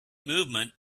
movement